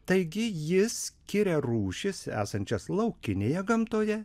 taigi jis skiria rūšis esančias laukinėje gamtoje